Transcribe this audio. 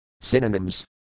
Synonyms